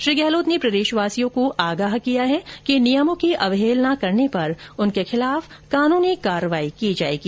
श्री गहलोत ने प्रदेशवासियों को आगाह किया है कि नियमों की अवहेलना करने पर उनके खिलाफ कानूनी कार्रवाई की जाएगी